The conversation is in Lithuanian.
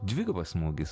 dvigubas smūgis